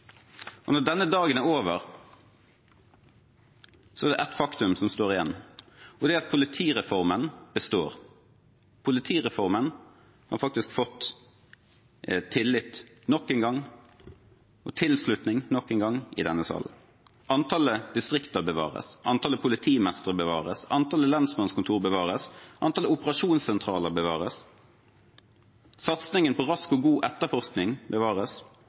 Når denne dagen er over, er det ett faktum som står igjen, og det er at politireformen består. Politireformen har faktisk fått tillit nok en gang, og tilslutning nok en gang, i denne salen. Antallet distrikter bevares. Antallet politimestre bevares. Antallet lensmannskontor bevares. Antallet operasjonssentraler bevares. Satsingen på rask og god etterforskning bevares.